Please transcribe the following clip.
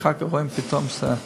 ואחר כך רואים פתאום סוכר.